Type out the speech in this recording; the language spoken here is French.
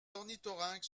ornithorynques